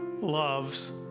loves